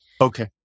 Okay